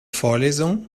vorlesung